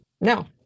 No